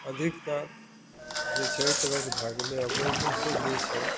अधिकतर जे छै तकर तऽ भए गेलै ओहिमेसँ जे छै